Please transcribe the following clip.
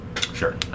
Sure